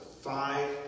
Five